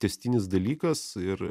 tęstinis dalykas ir